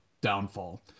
downfall